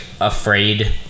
afraid